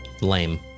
Lame